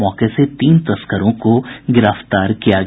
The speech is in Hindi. मौके से तीन तस्करों को गिरफ्तार किया गया